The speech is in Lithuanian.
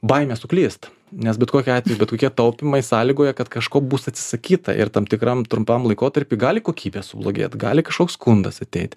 baimė suklyst nes bet kokiu atveju bet kokie taupymai sąlygoja kad kažko bus atsisakyta ir tam tikram trumpam laikotarpy gali kokybė sublogėt gali kažkoks skundas ateit